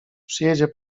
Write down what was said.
przyjedzie